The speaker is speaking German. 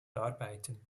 arbeiten